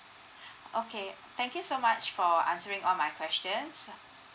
okay thank you so much for answering all my questions